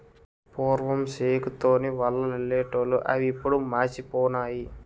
పూర్వం సేకు తోని వలలల్లెటూళ్లు అవిప్పుడు మాసిపోనాయి